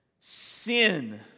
Sin